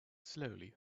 slowly